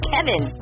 Kevin